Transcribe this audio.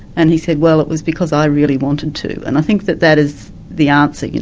and he said, well it was because i really wanted to. and i think that that is the answer. you know,